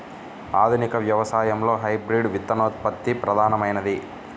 ఆధునిక వ్యవసాయంలో హైబ్రిడ్ విత్తనోత్పత్తి ప్రధానమైనది